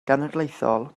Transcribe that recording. genedlaethol